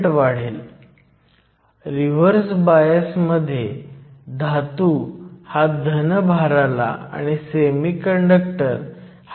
आपण या सूत्राचा वापर करू शकतो फक्त NA आणि ND ची मूल्ये वेगवेगळ्या सामग्रीसाठी तर आपण पुढे जाऊन गणित मांडू शकतो